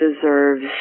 deserves